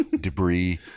debris